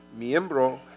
miembro